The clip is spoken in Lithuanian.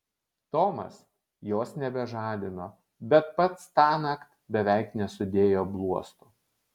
tomas jos nebežadino bet pats tąnakt beveik nesudėjo bluosto